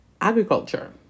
agriculture